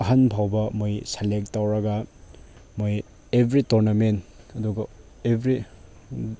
ꯑꯍꯟꯐꯥꯎꯕ ꯃꯣꯏ ꯁꯦꯂꯦꯛ ꯇꯧꯔꯒ ꯃꯣꯏ ꯑꯦꯕ꯭ꯔꯤ ꯇꯣꯔꯅꯥꯃꯦꯟ ꯑꯗꯨꯒ ꯑꯦꯕ꯭ꯔꯤ